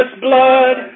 blood